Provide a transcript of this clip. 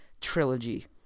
trilogy